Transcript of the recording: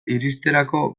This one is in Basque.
iristerako